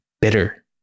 bitter